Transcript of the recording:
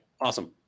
Awesome